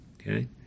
Okay